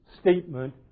statement